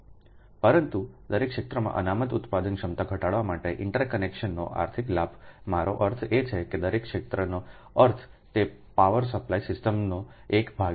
પરંતુ દરેક ક્ષેત્રમાં અનામત ઉત્પાદન ક્ષમતા ઘટાડવા માટે ઇન્ટરકનેક્શનનો આર્થિક લાભ મારો અર્થ એ છે કે દરેક ક્ષેત્રનો અર્થ તે પાવર સપ્લાય સિસ્ટમનો એક ભાગ છે